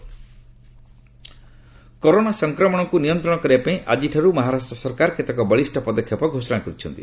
Maharashtra curfew corona ସଂକ୍ରମଣକୁ ନିୟନ୍ତ୍ରଣ କରିବା ପାଇଁ ଆଜିଠାରୁ ମହାରାଷ୍ଟ୍ର ସରକାର କେତେକ ବଳିଷ୍ଣ ପଦକ୍ଷେପ ଘୋଷଣା କରିଛନ୍ତି